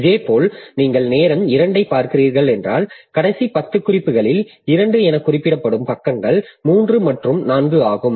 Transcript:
இதேபோல் நீங்கள் நேரம் 2 ஐப் பார்க்கிறீர்கள் என்றால் கடைசி 10 குறிப்புகளில் 2 என குறிப்பிடப்படும் பக்கங்கள் 3 மற்றும் 4 ஆகும்